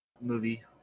movie